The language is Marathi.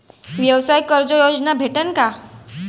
व्यवसाय कर्ज योजना भेटेन का?